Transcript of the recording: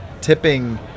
tipping